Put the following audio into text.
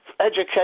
education